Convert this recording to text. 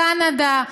קנדה,